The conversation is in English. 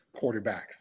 quarterbacks